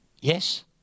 Yes